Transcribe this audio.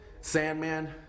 Sandman